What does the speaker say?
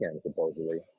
supposedly